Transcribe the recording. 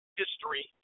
history